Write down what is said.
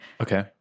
Okay